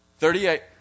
Thirty-eight